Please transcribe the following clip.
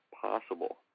possible